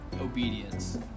obedience